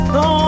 no